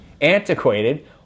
antiquated